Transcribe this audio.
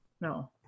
No